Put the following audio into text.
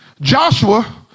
Joshua